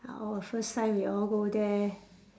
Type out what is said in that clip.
our first time we all go there